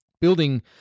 building